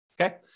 Okay